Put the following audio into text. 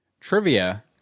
Trivia